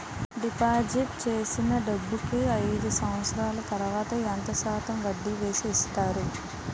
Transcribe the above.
Deposit చేసిన డబ్బుకి అయిదు సంవత్సరాల తర్వాత ఎంత శాతం వడ్డీ వేసి ఇస్తారు?